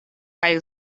kaj